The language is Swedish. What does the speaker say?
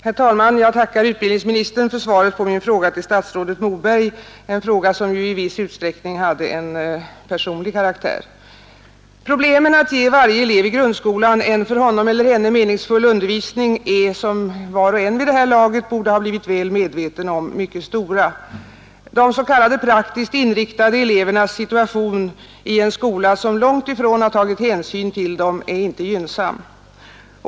Herr talman! Jag tackar utbildningsministern för svaret på min fråga till statsrådet Moberg — en fråga som ju i viss utsträckning hade en personlig karaktär. Problemen med att ge varje elev i grundskolan en för honom eller henne meningsfull undervisning är, som var och en vid det här laget borde ha blivit väl medveten om, mycket stora. De s.k. praktiskt inriktade elevernas situation i en skola, som långt ifrån har tagit hänsyn till dem, är inte gynnsam.